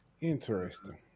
Interesting